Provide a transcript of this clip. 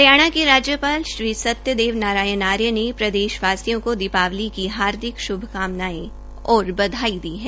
हरियाणा के राज्यपाल श्री सत्यदेव नारायण आर्य ने प्रदेशवासियों को दीपावली की हार्दिक श्भकामनायें और बधाई दी है